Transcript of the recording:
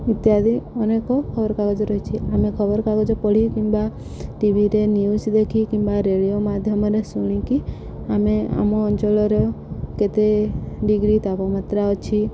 ଇତ୍ୟାଦି ଅନେକ ଖବରକାଗଜ ରହିଛି ଆମେ ଖବରକାଗଜ ପଢ଼ି କିମ୍ବା ଟିଭିରେ ନ୍ୟୁଜ୍ ଦେଖି କିମ୍ବା ରେଡ଼ିଓ ମାଧ୍ୟମରେ ଶୁଣିକି ଆମେ ଆମ ଅଞ୍ଚଳର କେତେ ଡିଗ୍ରୀ ତାପମାତ୍ରା ଅଛି